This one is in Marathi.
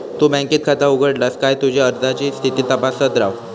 तु बँकेत खाता उघडलस काय तुझी अर्जाची स्थिती तपासत रव